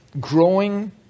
growing